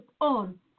on